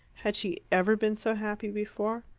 had she ever been so happy before?